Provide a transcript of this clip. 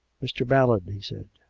mr. ballard he said.